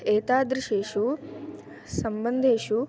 एतादृशेषु सम्बन्धेषु